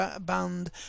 band